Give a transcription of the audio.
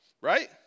Right